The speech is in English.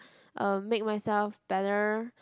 uh make myself better